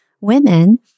women